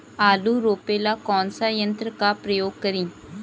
आलू रोपे ला कौन सा यंत्र का प्रयोग करी?